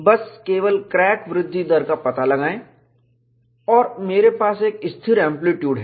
बस केवल क्रैक वृद्धि दर का पता लगाएं और मेरे पास एक स्थिर एंप्लीट्यूड है